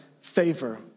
favor